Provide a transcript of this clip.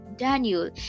Daniel